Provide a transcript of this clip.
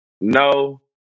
No